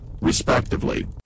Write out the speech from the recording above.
respectively